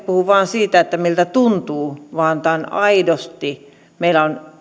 puhu vain siitä miltä tuntuu vaan aidosti